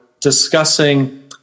discussing